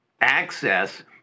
access